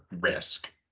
risk